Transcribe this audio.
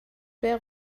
wäre